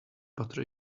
butter